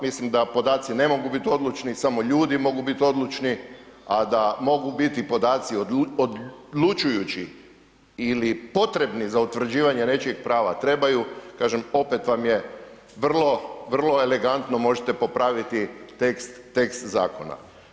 Mislim da podaci ne mogu biti odlučni, samo ljudi mogu biti odlučni, a da mogu biti podaci odlučujući ili potrebni za utvrđivanje nečijeg prava, trebaju kažem opet vam je vrlo elegantno možete popraviti tekst zakona.